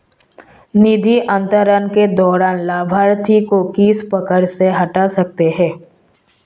निधि अंतरण के दौरान लाभार्थी को किस प्रकार से हटा सकते हैं?